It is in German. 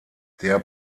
der